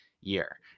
year